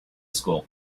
school